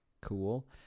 cool